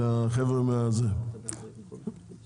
מה להגיד להם?